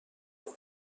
میرم